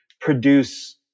produce